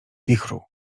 wichru